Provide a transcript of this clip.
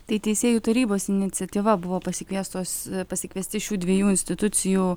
tai teisėjų tarybos iniciatyva buvo pasikviestos pasikviesti šių dviejų institucijų